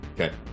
Okay